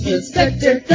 Inspector